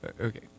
Okay